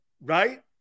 Right